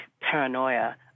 paranoia